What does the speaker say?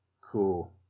Cool